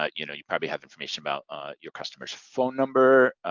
ah you know you probably have information about your customer's phone number,